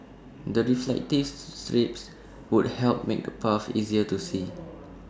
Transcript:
the reflective strips would help make A paths easier to see